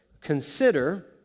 Consider